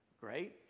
Great